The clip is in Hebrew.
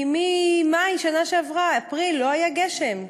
כי ממאי בשנה שעברה, אפריל, לא היה גשם.